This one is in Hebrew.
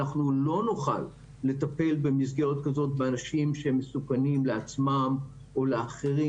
אנחנו לא נוכל לטפל במסגרת כזאת באנשים שמסוכנים לעצמם או לאחרים,